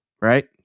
right